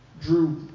drew